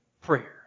prayer